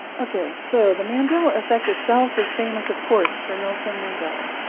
okay, so the mandela effect itself is famous, of course, for nelson mandela.